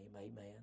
Amen